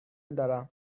دارم